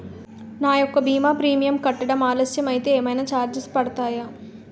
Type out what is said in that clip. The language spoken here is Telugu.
నా యెక్క భీమా ప్రీమియం కట్టడం ఆలస్యం అయితే ఏమైనా చార్జెస్ పడతాయా?